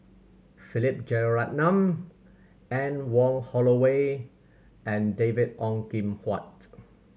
Philip Jeyaretnam Anne Wong Holloway and David Ong Kim Huat